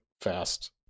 fast